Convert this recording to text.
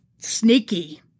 Sneaky